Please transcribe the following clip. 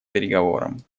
переговорам